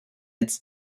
its